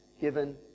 given